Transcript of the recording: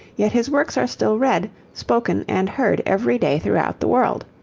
yet his works are still read, spoken, and heard every day throughout the world.